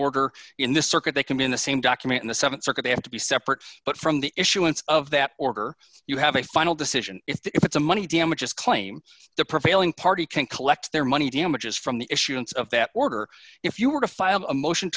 order in this circuit they can be in the same document in the th circuit they have to be separate but from the issuance of that order you have a final decision if it's a money damages claim the prevailing party can collect their money damages from the issuance of that order if you were to file a motion